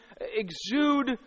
exude